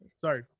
sorry